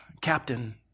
Captain